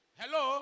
hello